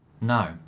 No